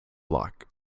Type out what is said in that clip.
block